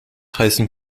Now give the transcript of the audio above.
heißen